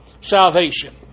salvation